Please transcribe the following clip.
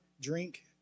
drink